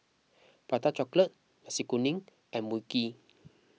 Prata Chocolate Nasi Kuning and Mui Kee